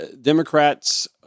Democrats